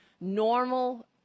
normal